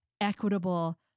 equitable